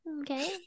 okay